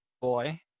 boy